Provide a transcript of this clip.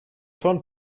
von